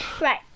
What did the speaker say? right